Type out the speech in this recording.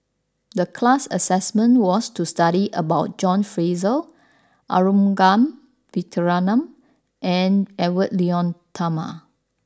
the class assignment was to study about John Fraser Arumugam Vijiaratnam and Edwy Lyonet Talma